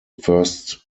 first